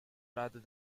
rather